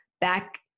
back